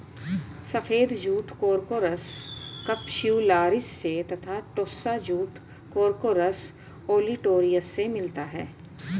सफ़ेद jute Corchorus capsularis से तथा टोस्सा जूट कोर्कोरस ओलिटोरियस से मिलता है